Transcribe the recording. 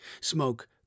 smoke